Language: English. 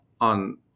on